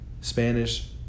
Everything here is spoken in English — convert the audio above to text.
Spanish